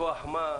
מכוח מה?